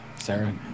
Sarah